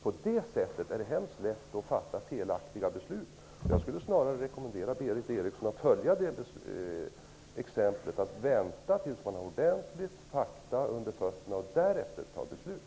På det sättet är det mycket lätt att fatta felaktiga beslut. Jag rekommenderar Berith Eriksson att följa det exemplet och vänta tills hon har ordentligt med fakta innan hon fattar beslut.